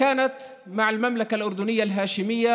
ההסכם השני היה עם ממלכת ירדן ההאשמית,